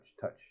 touch